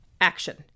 Action